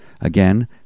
Again